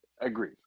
agree